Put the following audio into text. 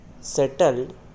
settled